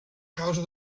causa